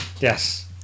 Yes